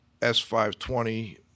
S520